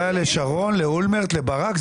היה לשרון, לאולמרט, לברק.